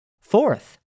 Fourth